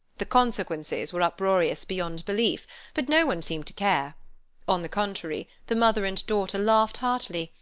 the consequences were uproarious beyond belief but no one seemed to care on the contrary, the mother and daughter laughed heartily,